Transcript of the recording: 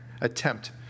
Attempt